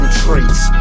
traits